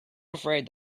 afraid